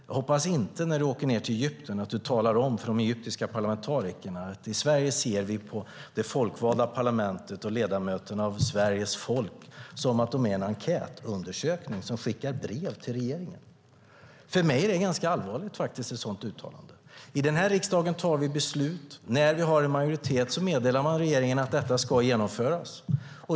Jag hoppas att du inte när du åker ned till Egypten talar om för de egyptiska parlamentarikerna att vi i Sverige ser på det folkvalda parlamentet och representanterna för Sveriges folk som att de är en enkätundersökning som skickar brev till regeringen. För mig är ett sådant uttalande faktiskt ganska allvarligt. I den här riksdagen tar vi beslut. När vi har en majoritet meddelar man regeringen att detta ska genomföras.